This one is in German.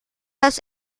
das